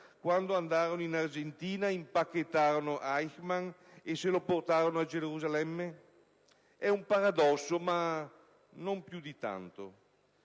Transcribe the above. quando andarono in Argentina, impacchettarono Eichmann e se lo portarono a Gerusalemme? È un paradosso, ma non più di tanto.